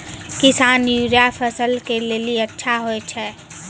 किसान यूरिया फसल के लेली अच्छा होय छै?